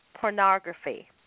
pornography